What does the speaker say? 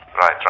right